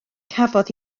cafodd